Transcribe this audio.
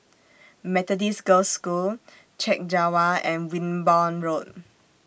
Methodist Girls' School Chek Jawa and Wimborne Road